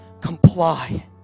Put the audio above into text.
comply